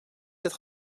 être